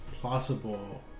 plausible